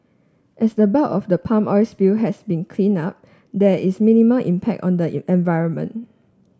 as the bulk of the palm oil spill has been cleaned up there is minimal impact on the environment